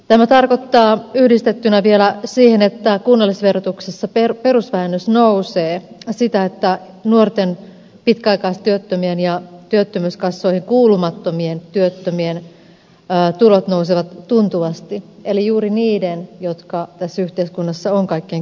tämä tarkoittaa yhdistettynä vielä siihen että kunnallisverotuksessa perusvähennys nousee sitä että nuorten pitkäaikaistyöttömien ja työttömyyskassoihin kuulumattomien työttömien eli juuri niiden jotka tässä yhteiskunnassa ovat kaikkein köyhimpiä tulot nousevat tuntuvasti